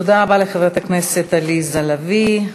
תודה רבה לחברת הכנסת עליזה לביא.